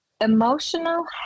emotional